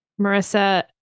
Marissa